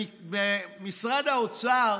במשרד האוצר